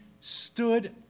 stood